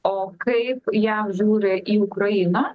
o kaip jav žiūri į ukrainą